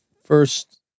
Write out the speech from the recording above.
First